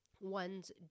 one's